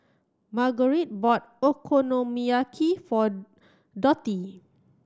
Margurite bought Okonomiyaki for Dottie